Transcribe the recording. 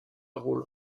rôle